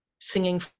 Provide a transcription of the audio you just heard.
singing